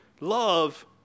love